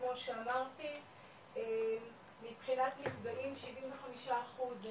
כמו שאמרתי מבחינת נפגעים 75 אחוז זה